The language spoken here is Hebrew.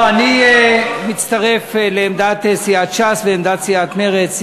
לא, אני מצטרף לעמדת סיעת ש"ס ועמדת סיעת מרצ.